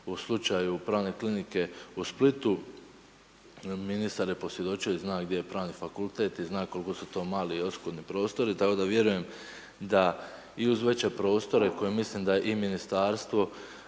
u slučaju pravne klinike u Splitu ministar je posvjedočio i zna gdje je pravni fakultet i zna koliko su to mali i oskudni prostori tako da vjerujem da i uz veće prostore koje mislim da i ministarstvo